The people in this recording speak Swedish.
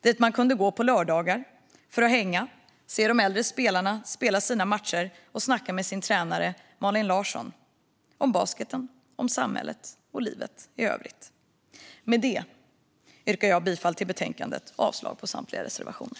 Dit kunde man gå på lördagar för att hänga, se de äldre spelarna spela sina matcher och snacka med sin tränare Malin Larsson om basketen, samhället och livet i övrigt. Med detta yrkar jag bifall till betänkandet och avslag på samtliga reservationer.